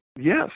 Yes